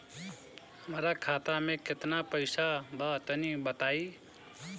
हमरा खाता मे केतना पईसा बा तनि बताईं?